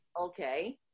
Okay